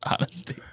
honesty